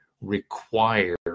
require